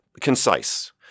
concise